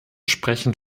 sprechen